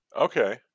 Okay